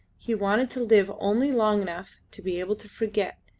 he wanted to live only long enough to be able to forget,